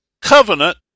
covenant